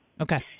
Okay